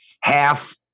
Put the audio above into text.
half